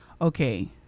okay